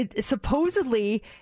supposedly